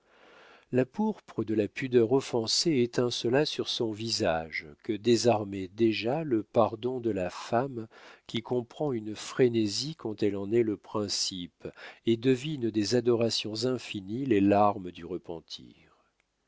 la pourpre de la pudeur offensée étincela sur son visage que désarmait déjà le pardon de la femme qui comprend une frénésie quand elle en est le principe et devine des adorations infinies dans les larmes du repentir